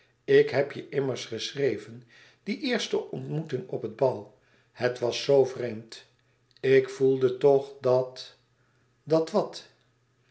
ik heb je immers geschreven die eerste ontmoeting op het bal het was zoo vreemd ik voelde toch dat dat wat